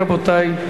רבותי,